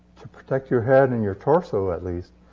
to protect your head and your torso, at least,